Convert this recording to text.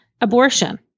abortion